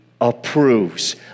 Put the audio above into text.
approves